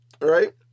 right